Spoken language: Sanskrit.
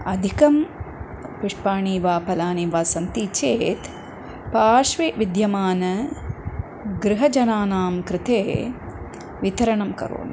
अधिकं पुष्पाणि वा फलानि वा सन्ति चेत् पार्श्वे विद्यमानानां गृहजनानां कृते वितरणं करोमि